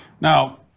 Now